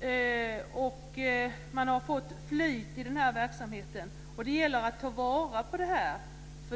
Dessutom har man fått flyt i verksamheten. Det gäller att ta vara på detta.